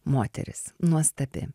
moteris nuostabi